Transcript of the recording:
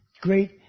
great